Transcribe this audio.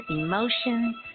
emotions